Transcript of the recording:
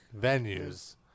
venues